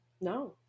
No